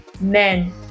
men